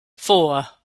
four